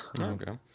Okay